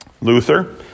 Luther